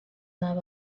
not